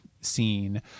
scene